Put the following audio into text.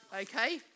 okay